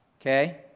Okay